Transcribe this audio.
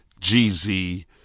GZ